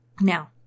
Now